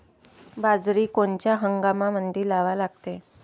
बाजरी कोनच्या हंगामामंदी लावा लागते?